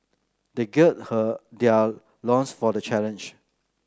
they gird her their loins for the challenge